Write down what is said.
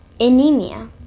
anemia